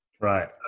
Right